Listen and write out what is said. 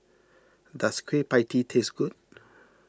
does Kueh Pie Tee taste good